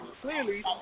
Clearly